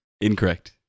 Incorrect